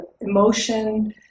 emotion